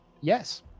Yes